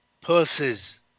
purses